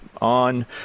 on